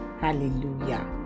Hallelujah